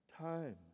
time